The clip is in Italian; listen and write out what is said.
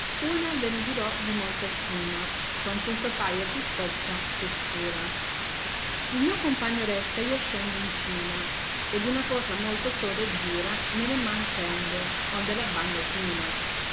una ve ne dirò di molta stima quantunque paia più sozza eh oscura il mio compagno resta io ascendo in cima ed una cosa molto soda e dura nelle man prendo onde la bagno prima